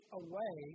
away